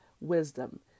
wisdom